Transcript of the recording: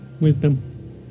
Wisdom